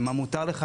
מה מותר לך?